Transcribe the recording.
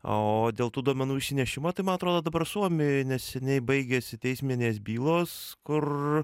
o dėl tų duomenų išsinešimo tai man atrodo dabar suomijoj neseniai baigėsi teisminės bylos kur